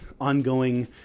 ongoing